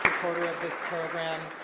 supporter of this program.